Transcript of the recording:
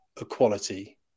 equality